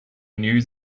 news